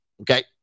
Okay